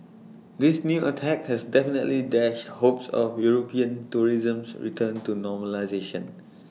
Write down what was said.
this new attack has definitely dashed hopes of european tourism's return to normalisation